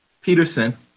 Peterson